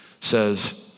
says